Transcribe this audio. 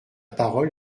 parole